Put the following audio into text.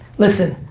listen,